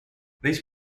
these